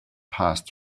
passed